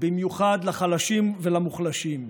במיוחד לחלשים ולמוחלשים,